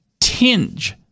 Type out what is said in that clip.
tinge